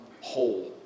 whole